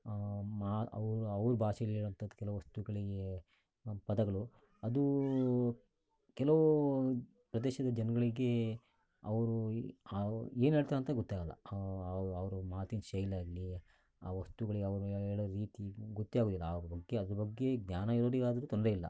ಮಾ ಅವ್ರವ್ರ ಭಾಷೆಯಲ್ಲಿರೋವಂಥದ್ದು ಕೆಲವು ವಸ್ತುಗಳಿಗೆ ಪದಗಳು ಅದು ಕೆಲವು ಪ್ರದೇಶದ ಜನಗಳಿಗೆ ಅವರು ಅವೇನು ಹೇಳ್ತಾರಂತ ಗೊತ್ತೇ ಆಗಲ್ಲ ಅವ್ರು ಅವರು ಮಾತಿನ ಶೈಲಿ ಆಗಲಿ ಆ ವಸ್ತುಗಳಿಗೆ ಅವ್ರು ಹೇಳೋ ರೀತಿ ಗೊತ್ತೇ ಆಗೋದಿಲ್ಲ ಅವ್ರ ಬಗ್ಗೆ ಅದ್ರ ಬಗ್ಗೆ ಜ್ಞಾನ ಇರೋರಿಗಾದರೆ ತೊಂದರೆ ಇಲ್ಲ